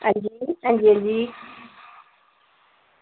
हां जी हां जी हां जी